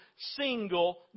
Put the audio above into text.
single